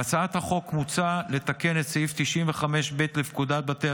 בהצעת החוק מוצע לתקן את סעיף 95ב לפקודת בתי